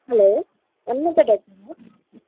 hello Hanumanta ಡಾಕ್ಟರಾ